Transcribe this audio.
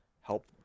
help